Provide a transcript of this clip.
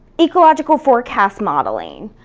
ecological forecast modeling,